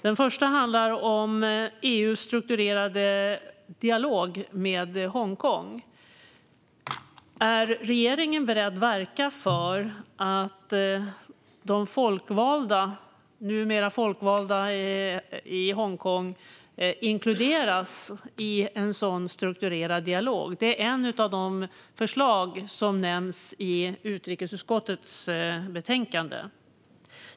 Den första handlar om EU:s strukturerade dialog med Hongkong. Är regeringen beredd att verka för att de numera folkvalda i Hongkong inkluderas i en sådan strukturerad dialog? Det är ett av de förslag som nämns i utrikesutskottets betänkande.